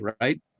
right